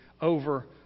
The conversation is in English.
over